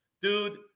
Dude